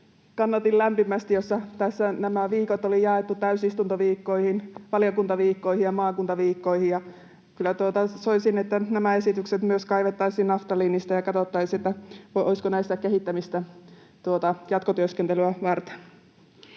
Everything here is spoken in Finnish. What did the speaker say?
kannatin lämpimästi, jossa viikot oli jaettu täysistuntoviikkoihin, valiokuntaviikkoihin ja maakuntaviikkoihin, ja kyllä soisin, että nämä esitykset myös kaivettaisiin naftaliinista ja katsottaisiin, olisiko näissä kehittämistä jatkotyöskentelyä varten.